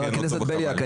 חבר הכנסת בליאק,